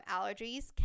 allergies